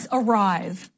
arrive